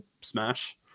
Smash